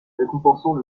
récompensant